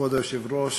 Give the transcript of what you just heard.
כבוד היושב-ראש,